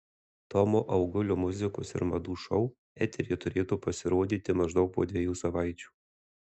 tomo augulio muzikos ir madų šou eteryje turėtų pasirodyti maždaug po dviejų savaičių